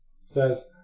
says